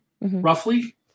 roughly